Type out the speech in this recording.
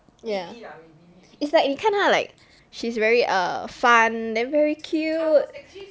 ya it's like 你看她 like she's very err fun then very cute